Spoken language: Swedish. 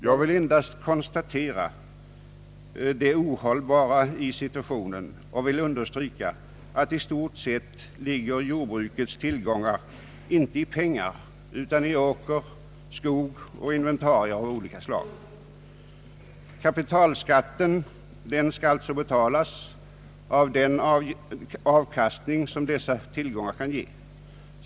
Jag vill ändå konstatera det ohållbara i situationen och understryka att jordbrukets tillgångar i stort sett inte ligger i pengar utan i åker, skog och inventarier av olika slag. Kapitalskatten skall alltså betalas av den avkastning som dessa tillgångar kan ge.